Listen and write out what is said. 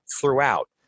throughout